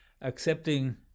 accepting